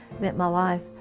meant my life,